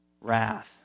wrath